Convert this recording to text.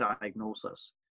diagnosis